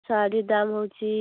ଶାଢ଼ୀ ଦାମ୍ ହେଉଛି